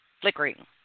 flickering